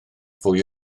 fwy